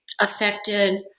affected